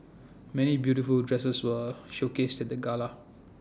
many beautiful dresses were showcased at the gala